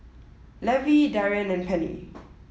Levy Darrion and Penni